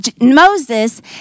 Moses